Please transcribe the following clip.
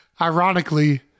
ironically